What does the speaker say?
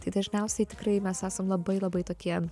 tai dažniausiai tikrai mes esam labai labai tokie